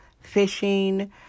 fishing